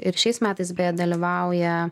ir šiais metais beje dalyvauja